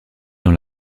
dans